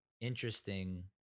interesting